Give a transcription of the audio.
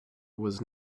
was